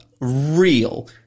real